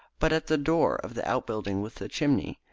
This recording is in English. but at the door of the out-building with the chimney.